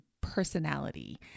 personality